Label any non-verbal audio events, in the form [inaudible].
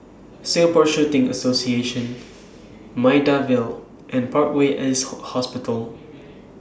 Singapore Shooting Association Maida Vale and Parkway East [unintelligible] Hospital